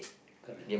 correct